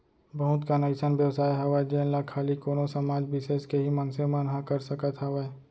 बहुत कन अइसन बेवसाय हावय जेन ला खाली कोनो समाज बिसेस के ही मनसे मन ह कर सकत हावय